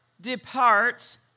departs